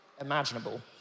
imaginable